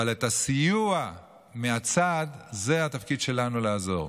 אבל הסיוע מהצד, זה התפקיד שלנו, לעזור.